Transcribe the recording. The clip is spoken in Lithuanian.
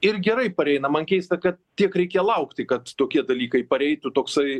ir gerai pareina man keista kad tiek reikia laukti kad tokie dalykai pareitų toksai